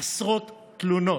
עשרות תלונות.